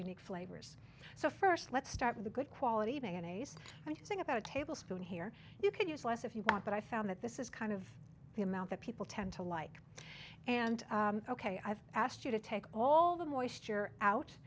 unique flavors so first let's start with a good quality mayonnaise and you think about a tablespoon here you can use less if you want but i found that this is kind of the amount that people tend to like and ok i've asked you to take all the moisture out